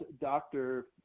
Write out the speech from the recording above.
Dr